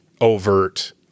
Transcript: overt